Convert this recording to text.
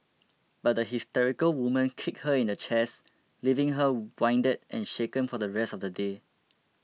but the hysterical woman kicked her in the chest leaving her winded and shaken for the rest of the day